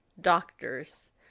Doctors